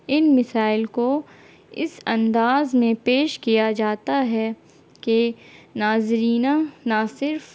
ان مسائل کو اس انداز میں پیش کیا جاتا ہے کہ ناظرین نہ صرف